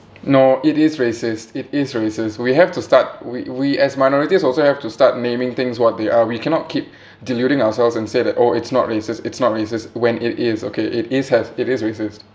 no it is racist it is racist we have to start we we as minorities also have to start naming things what they are we cannot keep deluding ourselves and say that oh it's not racist it's not racist when it is okay it is has it is racist